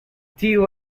tiu